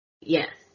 Yes